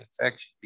infection